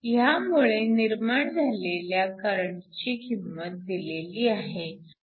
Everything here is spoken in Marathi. ह्यामुळे निर्माण झालेल्या करंटची किंमत दिलेली आहे